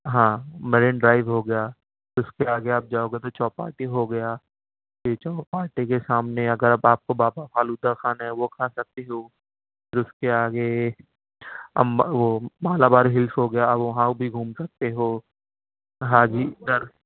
ہاں Marine Drive ہو گیا اس کے آگے آپ جاؤ گے تو چوپاٹی ہو گیا پھر چوپاٹی کے سامنے اگر اب آپ کو بابا فالودہ کھانا ہے وہ کھا سکتے ہو پھر اس کے آگے امبا وہ مالابار ہلز ہو گیا وہاں بھی گھوم سکتے ہو حاجی در